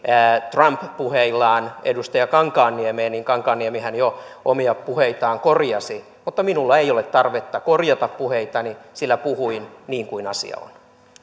trump puheillaan edustaja kankaanniemeen niin kankaanniemihän jo omia puheitaan korjasi mutta minulla ei ole tarvetta korjata puheitani sillä puhuin niin kuin asia on